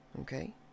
Okay